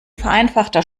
vereinfachter